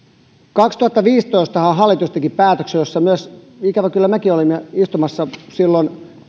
kaksituhattaviisitoistahan hallitus teki päätöksen jossa myös ikävä kyllä mekin olimme istumassa silloin